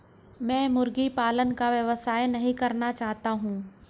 मैं मुर्गी पालन का व्यवसाय नहीं करना चाहता हूँ